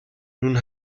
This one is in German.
nun